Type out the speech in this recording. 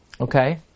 Okay